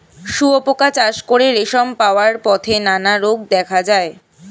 শুঁয়োপোকা চাষ করে রেশম পাওয়ার পথে নানা রোগ দেখা দেয়